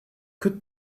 could